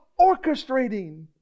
orchestrating